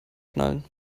schnallen